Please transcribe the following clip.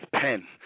pen